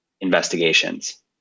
investigations